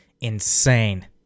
insane